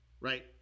Right